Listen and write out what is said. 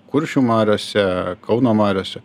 kuršių mariose kauno mariose